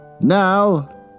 Now